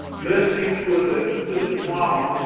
listen to and listen to the trauma.